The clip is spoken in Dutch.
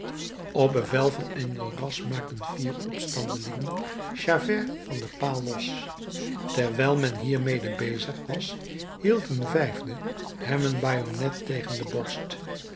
op bevel van enjolras maakten vier opstandelingen javert van den paal los terwijl men hiermede bezig was hield een vijfde hem een bajonnet tegen de borst